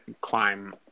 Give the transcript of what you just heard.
climb